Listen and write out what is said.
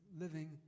living